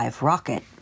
rocket